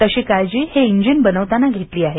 तशी काळजी हे इंजिन बनवताना घेतली आहे